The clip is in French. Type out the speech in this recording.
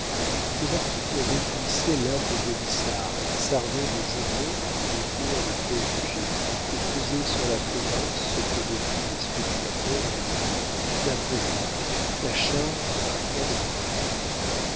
ces articles réjouissaient l'âme de gaudissart qui s'armait de journaux pour détruire les préjugés et faisait sur la province ce que depuis les spéculateurs ont nommé d'après lui la charge à fond de train